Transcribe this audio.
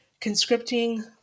conscripting